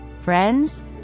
Friends